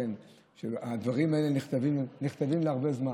הדברים האלה נכתבים להרבה זמן.